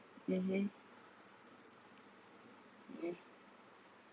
mmhmm